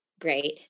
Great